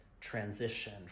transition